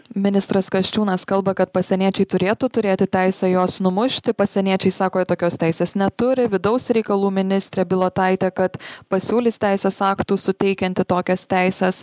ministras kasčiūnas kalba kad pasieniečiai turėtų turėti teisę juos numušti pasieniečiai sako jie tokios teisės neturi vidaus reikalų ministrė bilotaitė kad pasiūlys teisės aktus suteikianti tokias teises